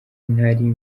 nari